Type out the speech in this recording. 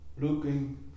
Looking